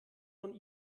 von